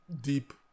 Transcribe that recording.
deep